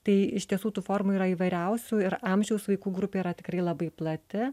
tai iš tiesų tų formų yra įvairiausių ir amžiaus vaikų grupė yra tikrai labai plati